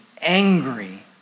angry